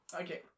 Okay